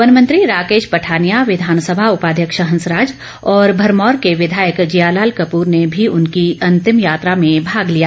one मंत्री राकेश पठाानिया विघानसभा उपाध्यक्ष हंसराज और भरमौर के विधायक जियालाल कप्र ने भी उनकी अंतिम यात्रा में भाग लिया